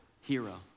hero